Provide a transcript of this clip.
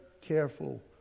careful